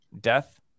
death